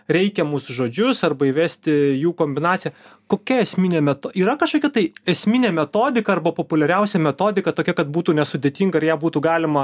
reikiamus žodžius arba įvesti jų kombinaciją kokia esminė meto yra kažkokia tai esminė metodika arba populiariausia metodika tokia kad būtų nesudėtinga ir ją būtų galima